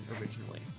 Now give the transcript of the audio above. originally